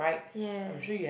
yes